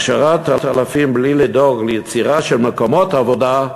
הכשרת אלפים בלי לדאוג ליצירה של מקומות עבודה,